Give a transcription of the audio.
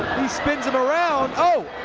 spins him around. oh!